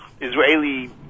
Israeli